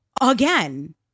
again